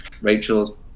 Rachel's